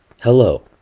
Hello